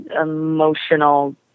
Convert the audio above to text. emotional